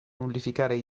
nullificare